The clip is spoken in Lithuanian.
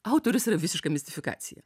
autorius yra visiška mistifikacija